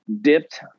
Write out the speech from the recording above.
dipped